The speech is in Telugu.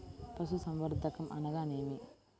పశుసంవర్ధకం అనగానేమి?